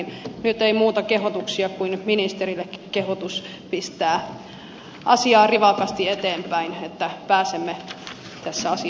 nyt ei muita kehotuksia kuin ministerille kehotus pistää asiaa rivakasti eteenpäin että pääsemme tässä asiassa eteenpäin